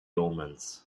omens